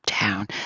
down